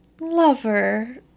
Lover